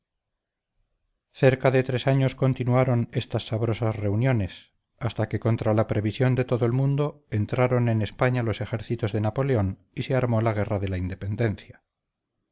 cerca de tres años continuaron estas sabrosas reuniones hasta que contra la previsión de todo el mundo entraron en españa los ejércitos de napoleón y se armó la guerra de la independencia